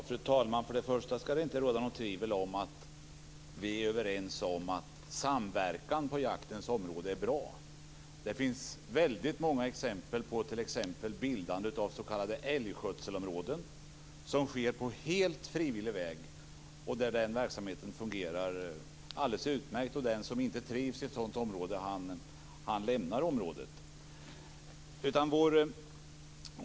Fru talman! För det första ska det inte råda något tvivel om att vi är överens om att samverkan på jaktens område är bra. Det finns väldigt många exempel på bildande av s.k. älgskötselområden. Detta sker på helt frivillig väg, och verksamheten fungerar alldeles utmärkt. Den som inte trivs i ett sådant område lämnar det.